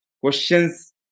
questions